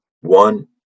one